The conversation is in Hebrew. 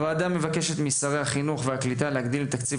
הוועדה מבקשת ממשרדי החינוך והקליטה להגדיל את תקציב